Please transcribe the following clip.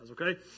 okay